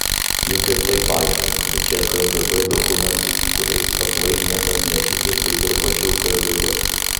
juk ir taip aišku kad čia kgb dokumentai kuriais aklai niekas netiki kaip ir pačiu kgb